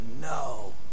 no